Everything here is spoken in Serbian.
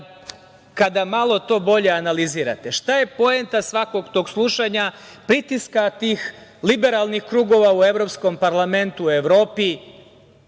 kada malo to bolje analizirate, šta je poenta svakog tog slušanja, pritiska tih liberalnih krugova u Evropskom parlamentu, u Evropi,